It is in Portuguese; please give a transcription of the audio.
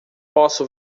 posso